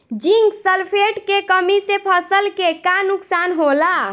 Zinc sulphate के कमी से फसल के का नुकसान होला?